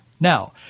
Now